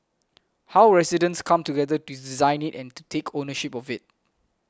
how residents come together to design it and to take ownership of it